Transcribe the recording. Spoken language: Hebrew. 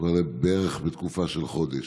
בערך בתקופה של חודש.